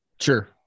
Sure